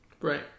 Right